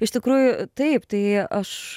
iš tikrųjų taip tai aš